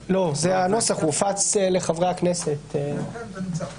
הייתי ממליץ לגורמי אכיפת החוק בעיקר שכל אמירה שלהם,